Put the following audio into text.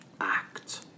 act